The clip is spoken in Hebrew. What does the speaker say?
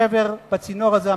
לא לשבר בצינור הזה,